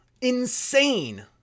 Insane